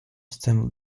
stem